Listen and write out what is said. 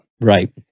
Right